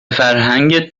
فرهنگت